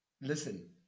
listen